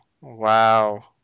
Wow